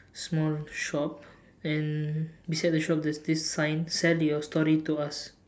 small shop and beside the shop there's this sign sell your story to us